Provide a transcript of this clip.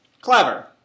Clever